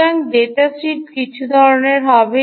সুতরাং তথ্য শিট কিছু ধরণের হবে